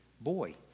boy